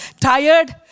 tired